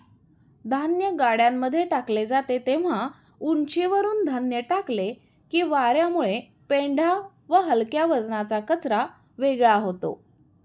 धान्य गाड्यांमध्ये टाकले जाते तेव्हा उंचीवरुन धान्य टाकले की वार्यामुळे पेंढा व हलक्या वजनाचा कचरा वेगळा होतो